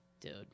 dude